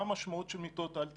מה המשמעות של מיטות על תקניות?